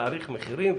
להעריך מחירים,